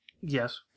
Yes